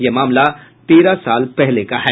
यह मामला तेरह साल पहले का है